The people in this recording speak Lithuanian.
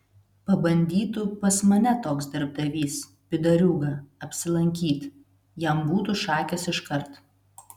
pabandytų pas mane toks darbdavys pydariūga apsilankyt jam būtų šakės iškart